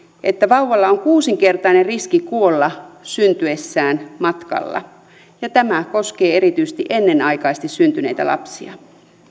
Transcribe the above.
että vauvalla on kuusinkertainen riski kuolla syntyessään matkalla ja tämä koskee erityisesti ennenaikaisesti syntyneitä lapsia